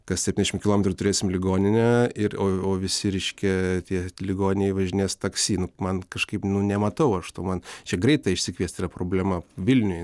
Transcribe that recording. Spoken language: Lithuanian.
kas septyniasdešim kilometrų turėsim ligoninę ir o o visi reiškia tie ligoniai važinės taksi nu man kažkaip nu nematau aš to man čia greitąją išsikviest yra problema vilniuj